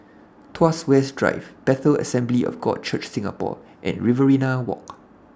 Tuas West Drive Bethel Assembly of God Church Singapore and Riverina Walk